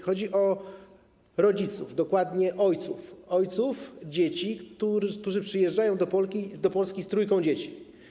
Chodzi o rodziców, dokładnie ojców, ojców dzieci, którzy przyjeżdżają do Polski z trójką dzieci.